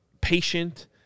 patient